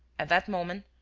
at that moment,